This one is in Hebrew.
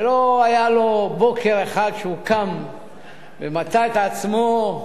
שלא היה לו בוקר אחד שהוא קם ומצא את עצמו,